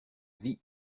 vie